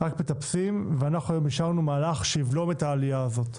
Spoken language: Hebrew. רק מטפסים ואנחנו היום אישרנו מהלך שיבלום את העלייה הזאת.